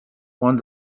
one